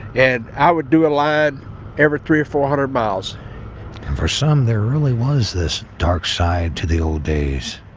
and i would do a line every three or four hundred miles. and for some, there really was this dark side to the old days.